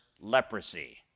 leprosy